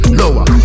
lower